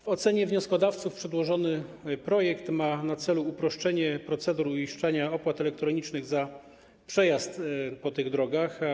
W ocenie wnioskodawców przedłożony projekt ma na celu uproszczenie procedur dotyczących uiszczania opłat elektronicznych za przejazd tymi drogami.